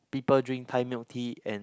people drink Thai milk tea and